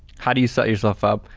how do you set yourself up?